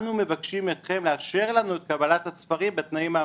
'אנו מבקשים אתכם לאשר לנו את קבלת הספרים בתנאים האמורים'.